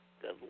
Good